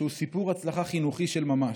שהוא סיפור הצלחה חינוכי של ממש.